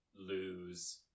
lose